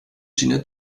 gina